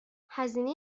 هزینه